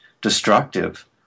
destructive